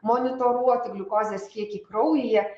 monitoruoti gliukozės kiekį kraujyje